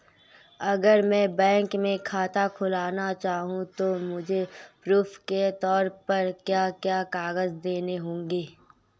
अगर मैं बैंक में खाता खुलाना चाहूं तो मुझे प्रूफ़ के तौर पर क्या क्या कागज़ देने होंगे?